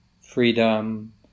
freedom